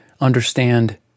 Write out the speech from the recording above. understand